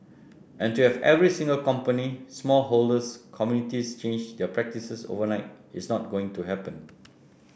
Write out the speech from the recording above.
and to have every single company small holders communities change their practices overnight is not going to happen